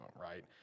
right